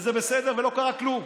וזה בסדר ולא קרה כלום.